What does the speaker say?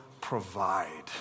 Provide